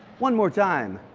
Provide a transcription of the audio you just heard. one more time.